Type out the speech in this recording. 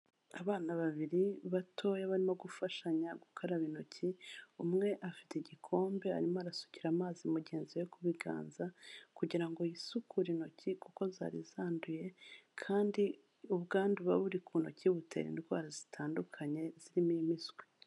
Abana babiri batoya barimo gufashanya gukaraba intoki, umwe afite igikombe arimo arasukira amazi mugenzi we ku biganza kugira ngo yisukure intoki, kuko zari zanduye kandi ubwandu buba buri ku ntoki butera indwara zitandukanye zirimo impiswi.